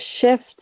shift